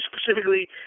specifically